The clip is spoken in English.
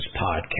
podcast